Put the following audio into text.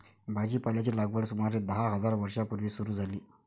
भाजीपाल्याची लागवड सुमारे दहा हजार वर्षां पूर्वी सुरू झाली